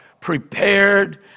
prepared